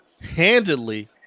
handedly